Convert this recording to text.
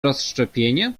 rozszczepienie